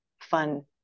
fun